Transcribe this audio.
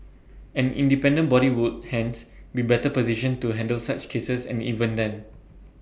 an independent body would hence be better positioned to handle such cases and even then